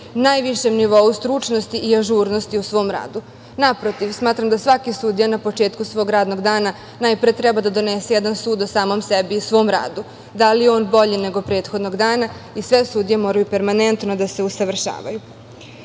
najvišem nivou stručnosti i ažurnosti u svom radu. Naprotiv, smatram da svaki sudija na početku svog radnog dana najpre treba da donese jedan sud o samom sebi i svom radu, da li je on bolji nego prethodnog dana i sve sudije moraju permanentno da se usavršavaju. Treća